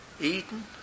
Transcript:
Eden